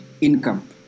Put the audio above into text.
income